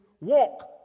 walk